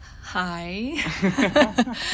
Hi